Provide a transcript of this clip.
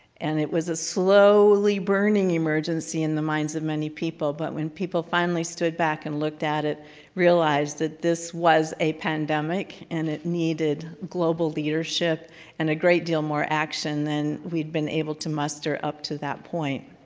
and it was a slowly burning emergency in the minds of many people but when people finally stood back and looked at it realized that this was a pandemic, and it needed global leadership and a great deal more action than we'd been able to muster up to that point.